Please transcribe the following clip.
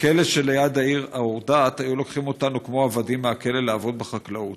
בכלא שליד העיר אקורדט היו לוקחים אותנו כמו עבדים מהכלא לעבוד בחקלאות.